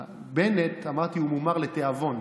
בנט, אמרתי, הוא מומר לתיאבון,